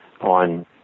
on